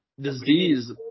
disease